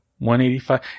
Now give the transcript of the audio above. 185